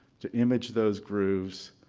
to image those grooves,